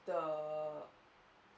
the